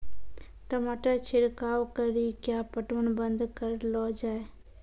टमाटर छिड़काव कड़ी क्या पटवन बंद करऽ लो जाए?